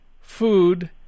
food